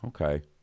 okay